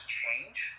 change